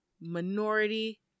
minority